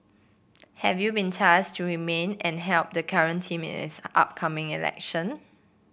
have you been tasked to remain and help the current team in its upcoming election